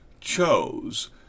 chose